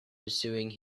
pursuing